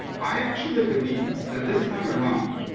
i actually believe that this time around,